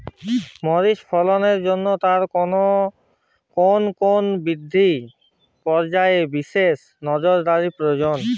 মরিচ ফলনের জন্য তার কোন কোন বৃদ্ধি পর্যায়ে বিশেষ নজরদারি প্রয়োজন?